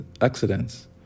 accidents